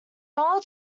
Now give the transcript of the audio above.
old